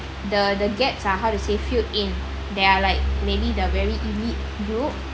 the the gaps ah how to say filled in there are like maybe the very elite group